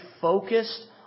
focused